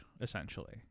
essentially